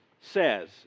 says